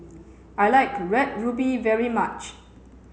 I like red ruby very much